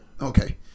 Okay